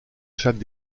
chaque